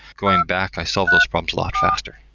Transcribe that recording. going back, i solved those problems a lot faster.